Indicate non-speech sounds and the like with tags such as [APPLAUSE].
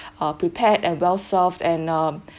uh prepared and well served and um [BREATH]